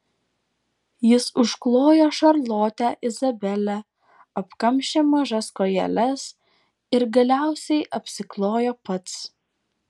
jis užklojo šarlotę izabelę apkamšė mažas kojeles ir galiausiai apsiklojo pats